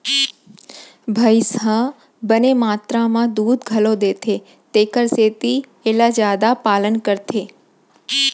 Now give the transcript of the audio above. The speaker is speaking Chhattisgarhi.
भईंस ह बने मातरा म दूद घलौ देथे तेकर सेती एला जादा पालन करथे